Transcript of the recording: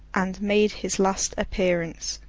and made his last appearance.